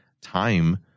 time